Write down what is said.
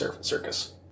circus